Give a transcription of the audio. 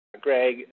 Greg